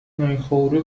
میخواره